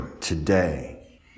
today